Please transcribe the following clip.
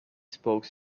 spoke